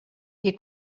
qui